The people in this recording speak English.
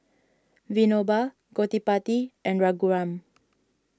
Vinoba Gottipati and Raghuram